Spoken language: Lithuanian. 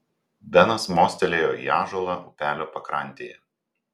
benas mostelėjo į ąžuolą upelio pakrantėje